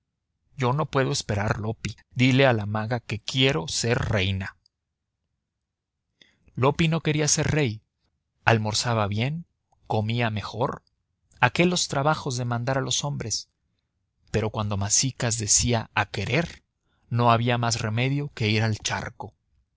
ya no puedo esperar loppi dile a la maga que quiero ser reina loppi no quería ser rey almorzaba bien comía mejor a qué los trabajos de mandar a los hombres pero cuando masicas decía a querer no había más remedio que ir al charco